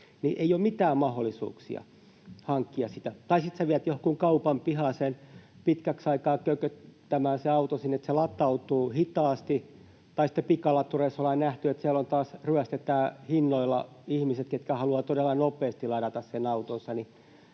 Ei ole mitään mahdollisuuksia hankkia sitä. Tai sitten viet sen auton jonkin kaupan pihaan pitkäksi aikaa kököttämään, että se latautuu hitaasti, tai sitten pikalatureissa ollaan nähty, että siellä taas ryöstetään hinnoilla ihmiset, ketkä haluavat todella nopeasti ladata sen autonsa.